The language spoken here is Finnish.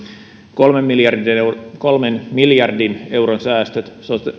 kolmen miljardin euron säästöt